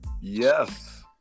Yes